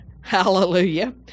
Hallelujah